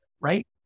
right